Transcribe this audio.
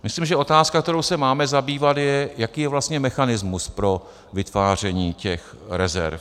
Myslím, že otázka, kterou se máme zabývat, je, jaký je vlastně mechanismus pro vytváření těch rezerv.